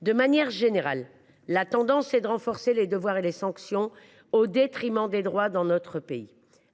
De manière générale, la tendance dans notre pays est au renforcement des devoirs et des sanctions au détriment des droits.